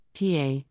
PA